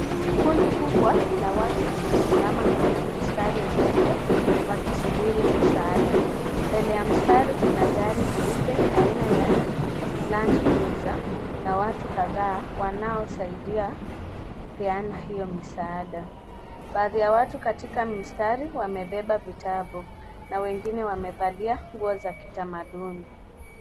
Kundi kubwa la watu limesimama kwenye msitari mrefu wakisubiri msaada, mbele ya msitari kuna gari jeupe aina ya landcruiser na watu kadhaa wanaosaidia kupeana hiyo misaada baadhi ya watu katika msitari wamebeba vitabu na wengine wamevalia nguo za kithamaduni.